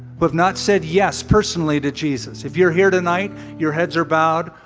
who have not said yes personally to jesus. if you're here tonight, your heads are bowed,